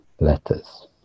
letters